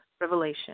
revelation